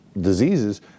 diseases